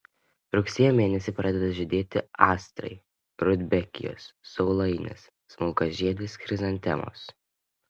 rugsėjo mėnesį pradeda žydėti astrai rudbekijos saulainės smulkiažiedės chrizantemos